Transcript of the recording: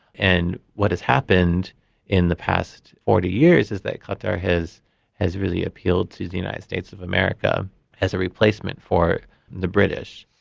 and what has happened in the past forty years is that qatar has has really appealed to the united states of america as a replacement for the british.